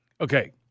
Okay